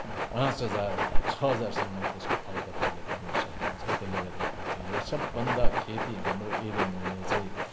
पाँच हजार छ हजारसम्म त्यसको फल तपाईँहरूले पाउनु सक्नुहुन्छ त्यसले गर्दाखेरि चाहिँ यो सबभन्दा खेती हाम्रो एरियामा हुने चाहिँ